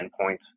endpoints